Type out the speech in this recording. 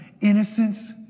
Innocence